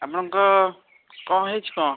ଆପଣଙ୍କ କ'ଣ ହେଇଛି କ'ଣ